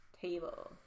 table